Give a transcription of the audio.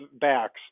backs